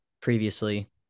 previously